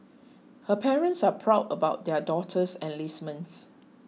her parents are proud about their daughter's enlistment